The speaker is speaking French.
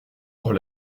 hors